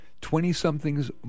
Twenty-somethings